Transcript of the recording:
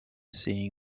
seeing